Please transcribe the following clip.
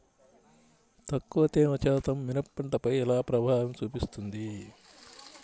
తక్కువ తేమ శాతం మిరప పంటపై ఎలా ప్రభావం చూపిస్తుంది?